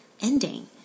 ending